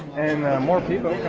and more people